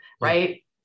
right